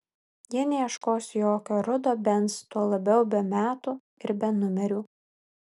jie neieškos jokio rudo benz tuo labiau be metų ir be numerių